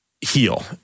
heal